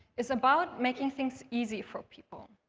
is about making things easy for people,